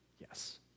Yes